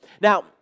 Now